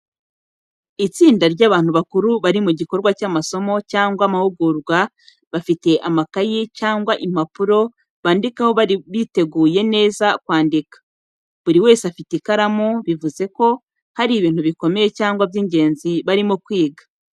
Itsinda ry’abantu bakuru bari mu gikorwa cy’amasomo cyangwa amahugurwa bafite amakayi cyangwa impapuro bandikaho bari biteguye neza kwandika, buri wese afite ikaramu, bivuze ko hari ibintu bikomeye cyangwa by’ingenzi barimo kwiga.